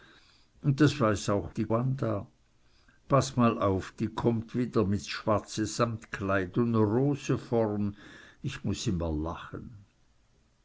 und das weiß auch die wanda paß mal auf die kommt wieder mit s schwarze samtkleid und ne rose vorn ich muß immer lachen